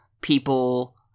people